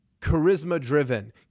charisma-driven